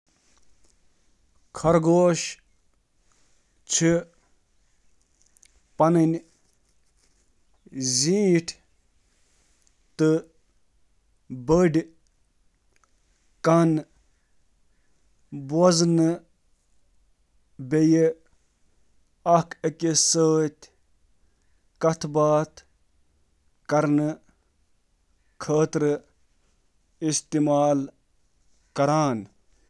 خرگوشَن چھِ بٔڑۍ کان آسان یِم واریاہ مقصد چھِ پوٗرٕ کران، یِمَن منٛز شٲمِل چھِ: بوزُن تہٕ تھرموریگولیشن۔